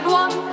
one